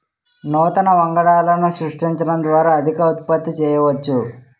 నూతన వంగడాలను సృష్టించడం ద్వారా అధిక ఉత్పత్తి చేయవచ్చు